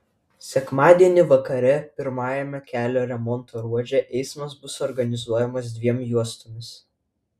sekmadienį vakare pirmajame kelio remonto ruože eismas bus organizuojamas dviem juostomis